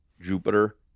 Jupiter